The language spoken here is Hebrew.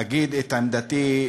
אגיד את עמדתי,